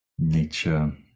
Nature